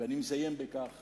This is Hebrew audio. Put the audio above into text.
ואני מסיים בכך